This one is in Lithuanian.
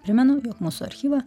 primenu jog mūsų archyvą